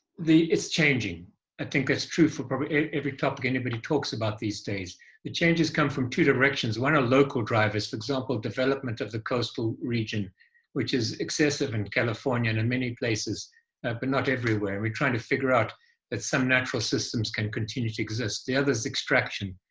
it's changing i think that's true for probably every topic anybody talks about these days the changes come from two directions. one are local drivers. for example, development of the coastal region which is excessive in california and and many places and but not everywhere we're trying to figure out that some natural systems can continue to exist. the other is extraction.